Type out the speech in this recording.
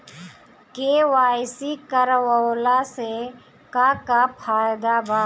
KYC करवला से का का फायदा बा?